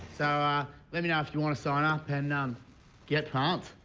ah let me know if you want to sign up and um get pumped.